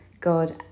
God